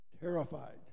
terrified